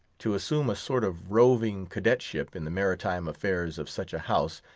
to assume a sort of roving cadetship in the maritime affairs of such a house,